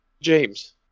James